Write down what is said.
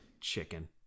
Chicken